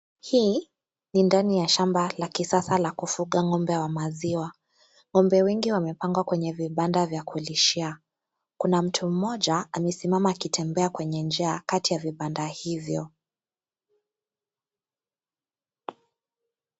Hii ni ndani la shamba la kisasa la kufuga ng'ombe wa maziwa, ng'ombe wengi wamepangwa kwenye vibanda vya kulishia kuna mtu mmoja amesimama akitembea kwenye njia kati ya vibanda hivyo.